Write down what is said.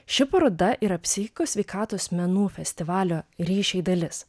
ši paroda yra psichikos sveikatos menų festivalio ryšiai dalis